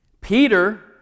Peter